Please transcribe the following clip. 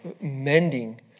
mending